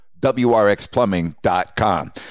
wrxplumbing.com